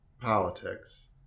politics